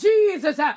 Jesus